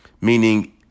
meaning